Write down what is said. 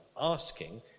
asking